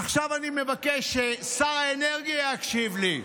עכשיו אני מבקש ששר האנרגיה יקשיב לי.